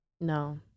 no